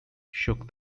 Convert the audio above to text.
shook